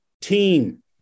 team